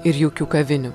ir jaukių kavinių